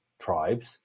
tribes